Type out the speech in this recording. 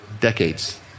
decades